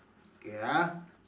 okay ah